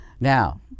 Now